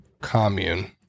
commune